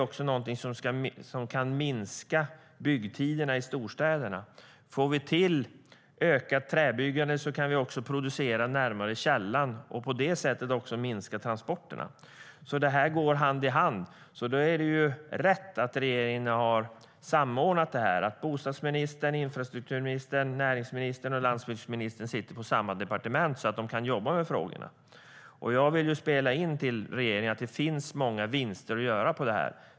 Det kan också minska byggtiderna i storstäderna. Vid ett ökat träbyggande kan man producera närmare källan och på det sättet minska transporterna. Detta går hand i hand. Det är rätt att regeringen har samordnat detta. Bostadsministern, infrastrukturministern, näringsministern och landsbygdsministern sitter på samma departement så att de kan jobba med frågorna. Jag vill göra ett inspel till regeringen om att det finns många vinster att göra på det här området.